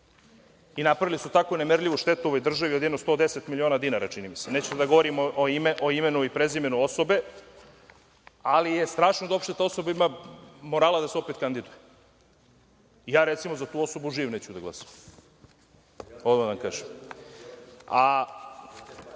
i napravili su takvu nemerljivu štetu ovoj državi od jedno 110 miliona dinara, čini mi se. Neću da govorim o imenu i prezimenu osobe, ali je strašno da uopšte ta osoba ima morala da se opet kandiduje. Ja, recimo, za tu osobu živ neću da glasam, odmah da vam kažem. Slažem